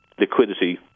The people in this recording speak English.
liquidity